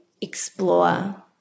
explore